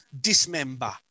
dismember